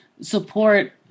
support